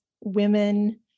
women